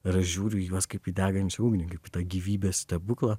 ir aš žiūriu į juos kaip į degančią ugnį kaip į tą gyvybės stebuklą